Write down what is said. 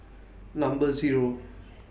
Number Zero